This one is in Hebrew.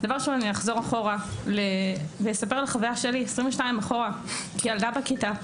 דבר ראשון אני אחזור אחורה ואספר על החוויה שלי כילדה בכיתה,